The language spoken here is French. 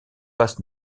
pass